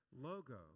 logo